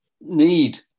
need